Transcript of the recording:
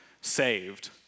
saved